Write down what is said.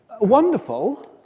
wonderful